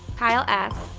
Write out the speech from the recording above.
kyle asks,